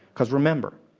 because remember,